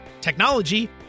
technology